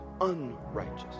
Unrighteous